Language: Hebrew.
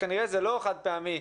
וזה כנראה לא חד פעמי,